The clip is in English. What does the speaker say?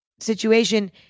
situation